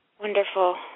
Wonderful